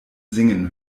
singen